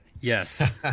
yes